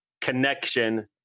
connection